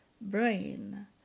brain